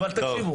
אבל תקשיבו